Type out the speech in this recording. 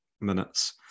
minutes